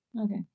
okay